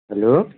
hello